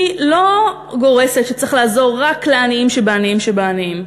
היא לא גורסת שצריך לעזור רק לעניים שבעניים שבעניים.